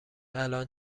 الان